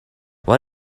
what